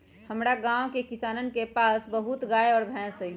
हमरा गाँव के किसानवन के पास बहुत गाय और भैंस हई